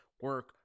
Work